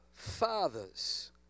fathers